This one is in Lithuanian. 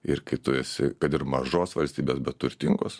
ir kai tu esi kad ir mažos valstybės bet turtingos